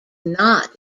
not